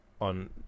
on